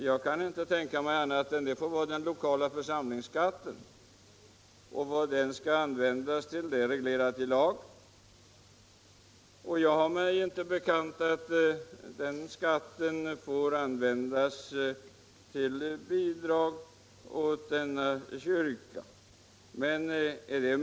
Jag kan inte tänka mig annat än att det då skulle bli fråga om den lokala församlingsskatten och vad den skall användas till är reglerat i lag. Jag har mig inte bekant att den skatten får användas till bidrag åt den estniska evangelisk-lutherska kyrkan.